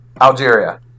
Algeria